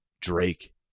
Drake